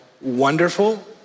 Wonderful